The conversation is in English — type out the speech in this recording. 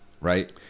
right